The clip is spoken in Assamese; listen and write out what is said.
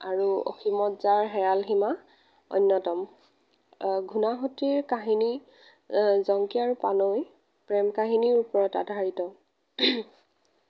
আৰু অসীমত যাৰ হেৰাল সীমা অন্যতম ঘূনাসুতিৰ কাহিনী জংকি আৰু পানৈ প্ৰেম কাহিনীৰ ওপৰত আধাৰিত